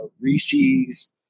Reese's